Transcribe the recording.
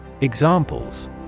Examples